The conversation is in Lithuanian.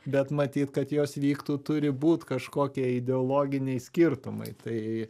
bet matyt kad jos vyktų turi būt kažkokie ideologiniai skirtumai tai